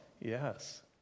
yes